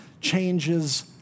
changes